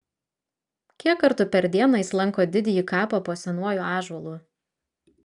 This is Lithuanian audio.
kiek kartų per dieną jis lanko didįjį kapą po senuoju ąžuolu